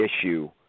issue